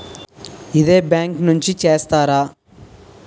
ఇదే బ్యాంక్ నుంచి చేస్తారా?